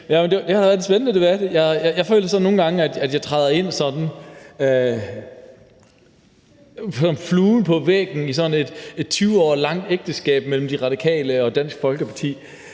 Det har været en spændende debat. Jeg føler nogle gange, at jeg sådan træder ind som en flue på væggen i et 20 år langt ægteskab mellem De Radikale og Dansk Folkeparti.